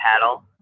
paddle